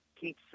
keep